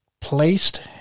placed